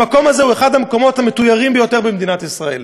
המקום הזה הוא אחד המקומות המתוירים ביותר במדינת ישראל,